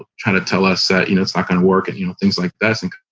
of kind of tell us that, you know, it's not going to work and you know things like that,